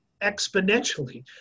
exponentially